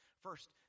First